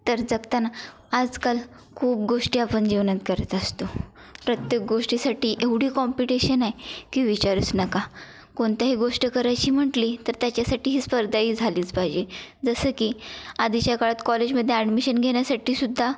तर जगताना आजकाल खूप गोष्टी आपण जीवनात करत असतो प्रत्येक गोष्टीसाठी एवढी कॉम्पिटिशन आहे की विचारूच नका कोणत्याही गोष्ट करायची म्हटली तर त्याच्यासाठी ही स्पर्धा ही झालीच पाहिजे जसं की आधीच्या काळात कॉलेजमध्ये ॲडमिशन घेण्यासाठी सुद्धा